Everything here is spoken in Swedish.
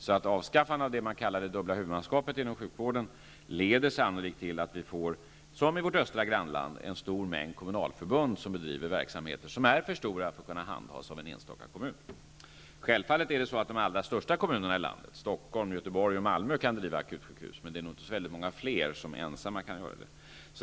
Så avskaffande av det man kallar det dubbla huvudmannaskapet inom sjukvården leder sannolikt till att vi får, som i vårt östra grannland, en stor mängd kommunalförbund som bedriver verksamheter som är för stora för att kunna handhas av en enstaka kommun. Självfallet kan de allra största kommunerna i landet -- Stockholm, Göteborg och Malmö -- driva akutsjukhus, men det är nog inte så väldigt många fler som ensamma kan göra det.